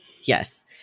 Yes